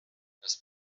das